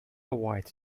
white